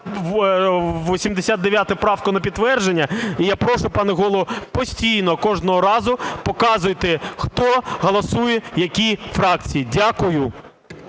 289 правку на підтвердження і я прошу, пане Голово, постійно, кожного разу показуйте хто голосує, які фракції. Дякую.